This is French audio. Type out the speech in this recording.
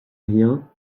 rien